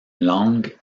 langue